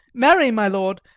marry, my lord,